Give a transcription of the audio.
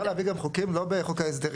מותר להביא גם חוקים לא בחוק ההסדרים.